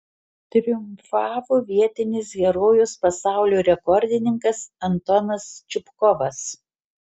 triumfavo vietinis herojus pasaulio rekordininkas antonas čupkovas